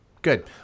Good